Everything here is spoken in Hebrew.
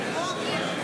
בציבורים,